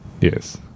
Yes